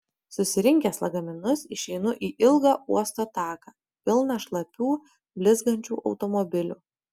susirinkęs lagaminus išeinu į ilgą uosto taką pilną šlapių blizgančių automobilių